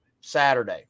Saturday